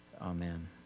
Amen